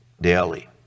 daily